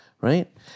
right